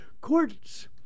Courts